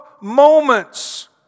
moments